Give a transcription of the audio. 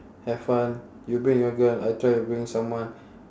have fun you bring your girl I try bring someone